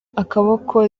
akaboko